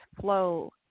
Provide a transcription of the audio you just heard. flow